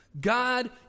God